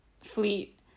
fleet